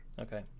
Okay